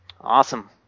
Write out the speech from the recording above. Awesome